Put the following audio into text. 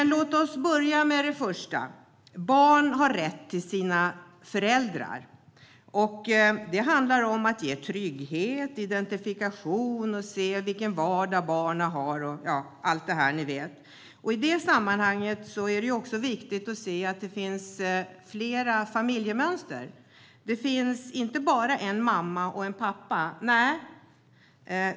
Låt oss börja med den första principen om att barn har rätt till sina föräldrar. Det handlar om trygghet, identifikation och att se vilken vardag barnen har. Ja, ni vet allt det. I det sammanhanget är det också viktigt att se att det finns fler familjemönster. Det finns inte bara en mamma och en pappa.